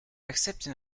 accepting